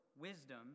wisdom